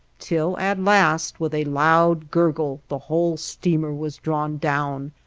till at last with a loud gurgle the whole steamer was drawn down,